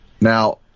Now